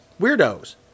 Weirdos